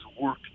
work